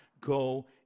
go